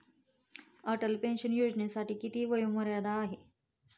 Atal pension योजनेसाठी किती वयोमर्यादा आहे?